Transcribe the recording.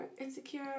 Insecure